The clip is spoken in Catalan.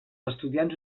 estudiants